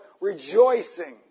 rejoicing